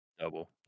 Double